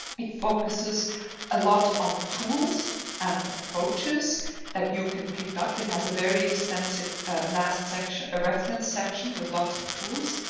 it focuses a lot on tools and approaches that you can pick up. it has a very extensive last section, a reference section with lots of tools.